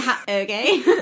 okay